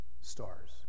stars